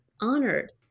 honored